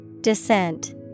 Descent